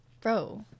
Bro